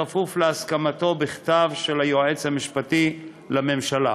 כפוף להסכמתו בכתב של היועץ המשפטי לממשלה.